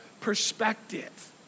perspective